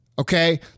Okay